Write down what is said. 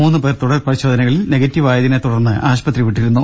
മൂന്നു പേർ തുടർ പരിശോധനകളിൽ നെഗറ്റീവായതിനെ തുടർന്ന് ആശുപത്രി വിട്ടിരുന്നു